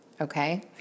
okay